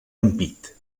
ampit